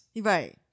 Right